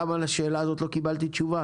גם על השאלה הזאת לא קיבלתי תשובה,